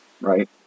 Right